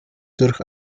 durch